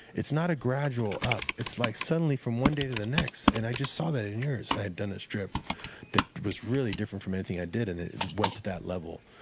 it's not a gradual up. it's like suddenly from one day to the next, and i just saw that in yours. i had done a strip that was really different from anything i did and it went to that level.